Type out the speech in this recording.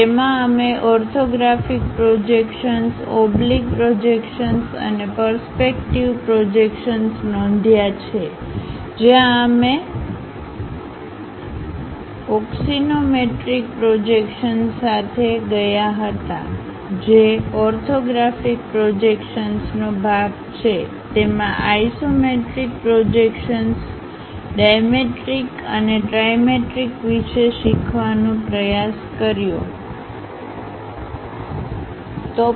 તેમાં અમે orthographic projections oblique projections અને પરસ્પેક્ટીવ પ્રોજેક્શન્સ નોંધ્યા છે જ્યાં અમે ઓકસોનોમેટ્રિક પ્રોજેક્શન્સ સાથે ગયા હતા જે ઓર્થોગ્રાફિક પ્રોજેક્શન્સ નો ભાગ છે તેમાં આઇસોમેટ્રિક પ્રોજેક્શન્સ ડાયમેટ્રિક અને ટ્રાઇમેટ્રિક વિશે શીખવાનો પ્રયાસ કરોએ